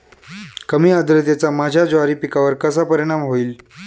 कमी आर्द्रतेचा माझ्या ज्वारी पिकावर कसा परिणाम होईल?